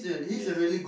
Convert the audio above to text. yes